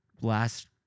last